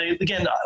Again